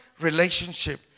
relationship